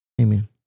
amen